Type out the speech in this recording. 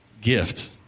gift